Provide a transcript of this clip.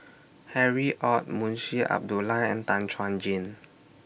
Harry ORD Munshi Abdullah and Tan Chuan Jin